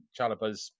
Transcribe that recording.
Chalabas